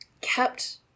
kept